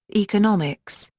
economics,